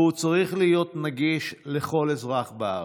והוא צריך להיות נגיש לכל אזרח בארץ.